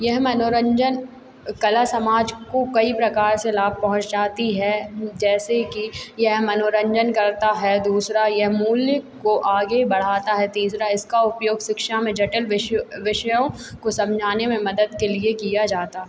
यह मनोरंजन अ कला समाज को कई प्रकार से लाभ पहुँचाती है जैसे कि यह मनोरंजन करता है दूसरा यह मूल्य को आगे बढ़ाता है तीसरा इसका उपयोग शिक्षा में जटिल विष अ विषयों को समझाने में मदद के लिए किया जाता है